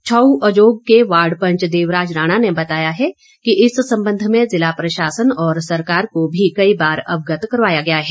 छौऊ अजोग के वार्ड पंच देवराज राणा ने बताया है कि इस संबंध में जिला प्रशासन और सरकार को भी कई बार अवगत करवाया गया है